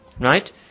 Right